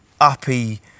uppy